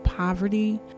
poverty